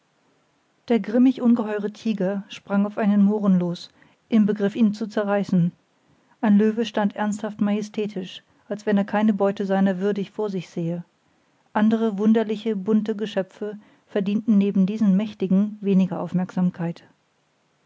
der grimmig ungeheure tiger sprang auf einen mohren los im begriff ihn zu zerreißen ein löwe stand ernsthaft majestätisch als wenn er keine beute seiner würdig vor sich sähe andere wunderliche bunte geschöpfe verdienten neben diesen mächtigen weniger aufmerksamkeit